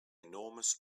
enormous